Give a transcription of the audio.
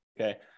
okay